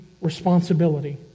responsibility